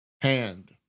hand